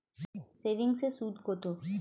সেভিংসে সুদ কত?